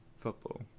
football